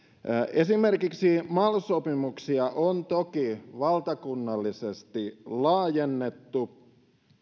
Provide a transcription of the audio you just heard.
esimerkiksi mal sopimuksia on toki valtakunnallisesti laajennettu